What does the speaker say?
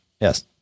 yes